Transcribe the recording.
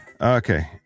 Okay